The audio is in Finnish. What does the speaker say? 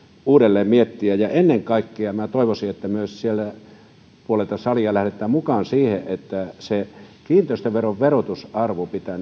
uudelleen miettiä ennen kaikkea minä toivoisin että myös sieltä toiselta puolelta salia lähdetään mukaan siihen että kiinteistöveron verotusarvo pitää